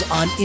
on